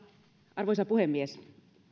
arvoisa puhemies